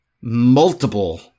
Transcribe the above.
multiple